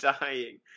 dying